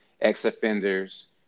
ex-offenders